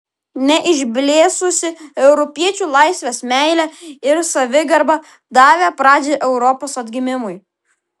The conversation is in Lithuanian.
neišblėsusi europiečių laisvės meilė ir savigarba davė pradžią europos atgimimui